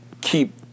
keep